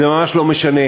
זה ממש לא משנה,